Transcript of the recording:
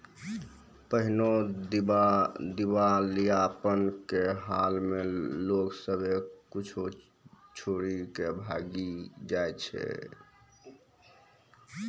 पहिने दिबालियापन के हाल मे लोग सभ्भे कुछो छोरी के भागी जाय रहै